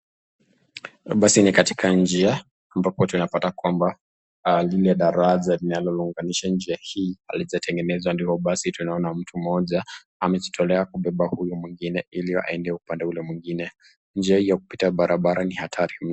Basi ni katika njia ambapo tunapata kwamba lile daraja linalounganisha njia hii halijatengenezwa, ndivyo basi tunaona mtu moja amejitolea kubeba huyo mwingine, ili aende upande mwingine. Njia hiyo ya kupita barabara ni hatari mno.